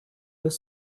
deux